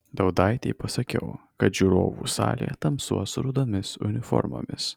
daudaitei pasakiau kad žiūrovų salė tamsuos rudomis uniformomis